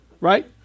Right